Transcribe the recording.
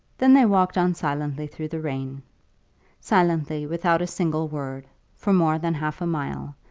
then they walked on silently through the rain silently, without a single word for more than half a mile,